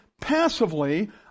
passively